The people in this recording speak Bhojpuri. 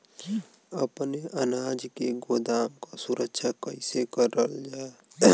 अपने अनाज के गोदाम क सुरक्षा कइसे करल जा?